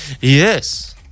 Yes